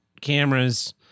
cameras